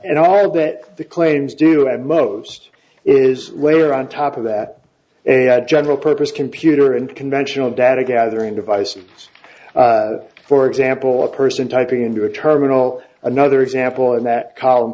and all of that the claims do and most is layer on top of that a general purpose computer and conventional data gathering device for example a person typing into a terminal another example in that column